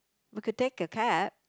we could take a cab